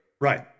Right